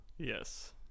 Yes